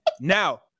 Now